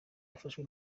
yafashwe